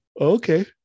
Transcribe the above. Okay